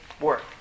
work